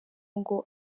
ngo